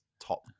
top